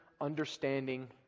understanding